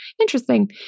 Interesting